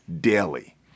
daily